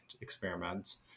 experiments